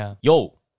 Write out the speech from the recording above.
Yo